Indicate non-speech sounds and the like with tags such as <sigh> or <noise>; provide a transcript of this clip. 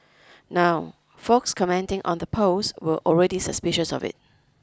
<noise> now folks commenting on the post were already suspicious of it